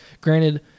Granted